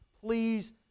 please